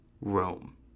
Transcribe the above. Rome